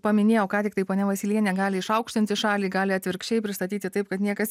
paminėjau ką tiktai ponia vosylienė gali išaukštinti šalį gali atvirkščiai pristatyti taip kad niekas